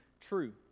true